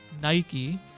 Nike